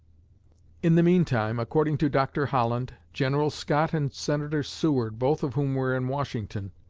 in the meantime, according to dr. holland, general scott and senator seward, both of whom were in washington,